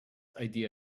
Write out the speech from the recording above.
idea